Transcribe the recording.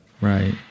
Right